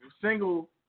single